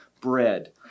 bread